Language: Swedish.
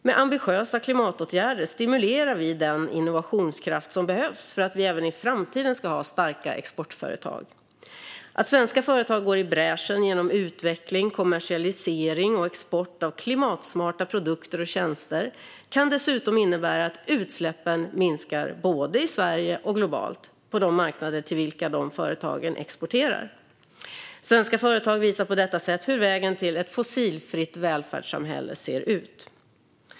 Med ambitiösa klimatåtgärder stimulerar vi den innovationskraft som behövs för att vi även i framtiden ska ha starka exportföretag. Att svenska företag går i bräschen genom utveckling, kommersialisering och export av klimatsmarta produkter och tjänster kan dessutom innebära att utsläppen minskar både i Sverige och globalt på de marknader till vilka dessa företag exporterar. Svenska företag visar på detta sätt hur vägen till ett fossilfritt välfärdssamhälle ser ut.